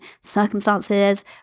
circumstances